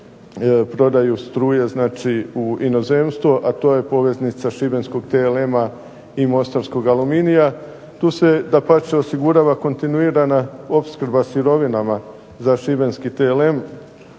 prodaju struje u inozemstvo, a to je poveznica Šibenskog TLM-a i MOstarskog Aluminija. Tu se dapače osigurava kontinuirana opskrba sirovinama za Šibenski TLM